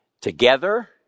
together